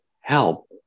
help